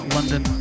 London